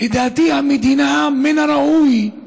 לדעתי מן הראוי שהמדינה,